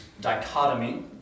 dichotomy